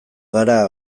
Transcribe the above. gara